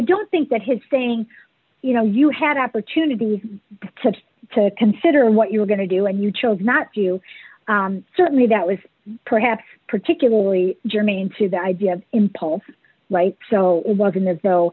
don't think that his saying you know you had opportunity to consider what you were going to do and you chose not you certainly that was perhaps particularly germane to the idea of impulse like so it wasn't as though